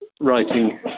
Writing